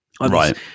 Right